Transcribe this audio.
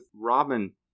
robin